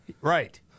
Right